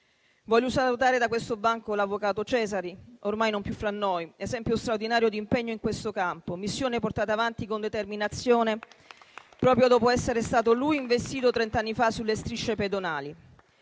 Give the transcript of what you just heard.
Vorrei salutare da questo banco l'avvocato Cesari, ormai non più fra noi, esempio straordinario di impegno in questo campo, missione portata avanti con determinazione proprio dopo essere stato investito lui stesso trent'anni fa sulle strisce pedonali.